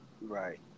Right